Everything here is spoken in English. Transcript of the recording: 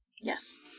Yes